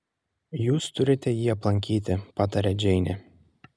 jūs turite jį aplankyti pataria džeinė